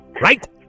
Right